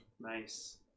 Nice